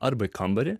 arba kambarį